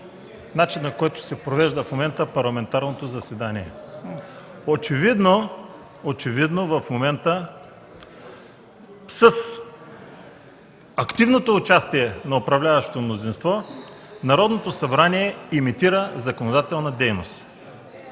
начина, по който се провежда в момента парламентарното заседание. Очевидно в момента с активното участие на управляващото мнозинство Народното събрание имитира законодателна дейност.